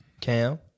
Cam